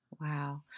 Wow